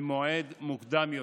במועד מוקדם יותר.